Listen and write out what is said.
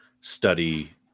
study